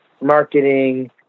marketing